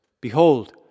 Behold